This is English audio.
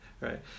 right